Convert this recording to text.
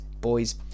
boys